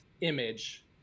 image